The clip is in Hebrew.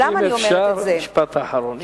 אם אפשר, משפט אחרון.